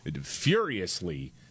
furiously